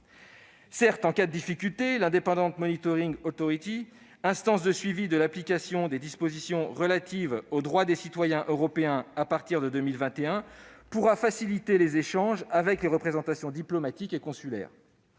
Certes, en cas de difficulté, l', instance de suivi de l'application des dispositions relatives aux droits des citoyens européens à partir de 2021, pourra faciliter les échanges avec les représentations diplomatiques et consulaires.